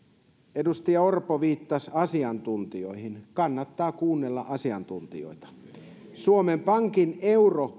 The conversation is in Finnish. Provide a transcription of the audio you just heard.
edustaja orpo viittasi asiantuntijoihin kannattaa kuunnella asiantuntijoita suomen pankin euro